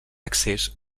accés